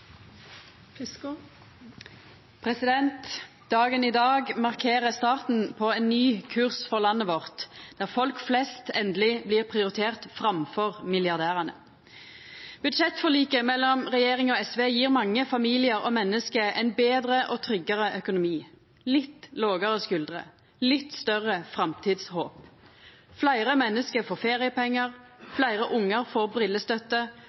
Dagen i dag markerer starten på ein ny kurs for landet vårt, der folk flest endeleg blir prioriterte framfor milliardærane. Budsjettforliket mellom regjeringa og SV gjev mange familiar og menneske ein betre og tryggare økonomi, litt lågare skuldrer, litt større framtidshåp. Fleire menneske får feriepengar, fleire ungar får